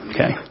Okay